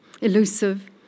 elusive